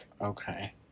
okay